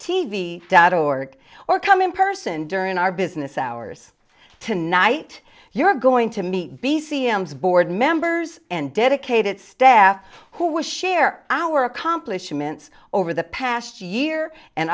t v dot org or come in person during our business hours tonight you're going to meet the cm's board members and dedicated staff who was share our accomplishments over the past year and